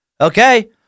Okay